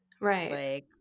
Right